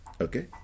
Okay